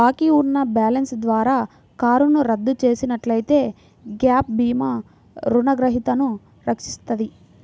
బాకీ ఉన్న బ్యాలెన్స్ ద్వారా కారును రద్దు చేసినట్లయితే గ్యాప్ భీమా రుణగ్రహీతను రక్షిస్తది